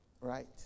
right